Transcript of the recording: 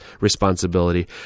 responsibility